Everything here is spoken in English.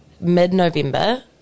mid-November